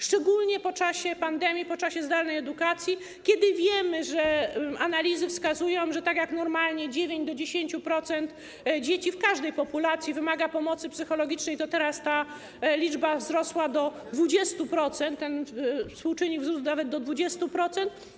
Szczególnie po czasie pandemii, po czasie zdalnej edukacji, kiedy wiemy, analizy na to wskazują, że jak normalnie 9 do 10% dzieci w każdej populacji wymaga pomocy psychologicznej, tak teraz ta liczba wzrosła do 20%, ten współczynnik wzrósł nawet do 20%.